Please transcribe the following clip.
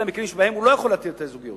אלא במקרים שבהם הוא לא יכול להתיר את הזוגיות.